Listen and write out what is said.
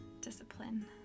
discipline